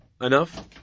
enough